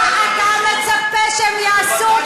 מה אתה מצפה שהם יעשו,